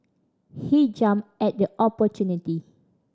he jumped at the opportunity